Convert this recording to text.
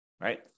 Right